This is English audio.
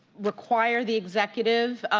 require the executive,